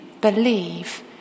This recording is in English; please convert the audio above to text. believe